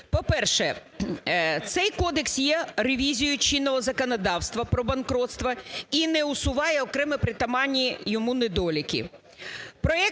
По-перше, цей кодекс є ревізією чинного законодавства про банкрутству і не усуває окремі притаманні йому недоліки.